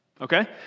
Okay